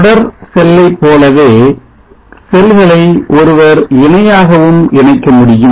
தொடர் செல்லைப்போலவே செல்களை ஒருவர் இணையாகவும் இணைக்க முடியும்